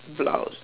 blouse